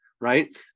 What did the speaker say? right